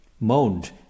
moaned